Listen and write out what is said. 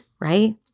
right